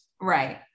Right